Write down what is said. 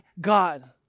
God